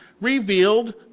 revealed